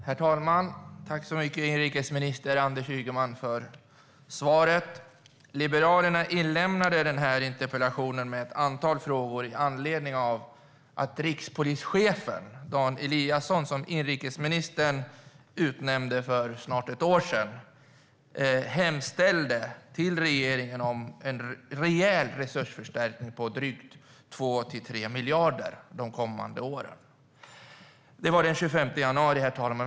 Herr talman! Tack så mycket, inrikesminister Anders Ygeman, för svaret! Liberalerna lämnade in den här interpellationen med ett antal frågor med anledning av att rikspolischefen, Dan Eliasson, som inrikesministern utnämnde för snart ett år sedan, hemställde till regeringen om en rejäl resursförstärkning, 2-3 miljarder, de kommande åren. Det var den 25 januari, herr talman.